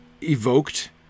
evoked